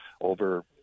over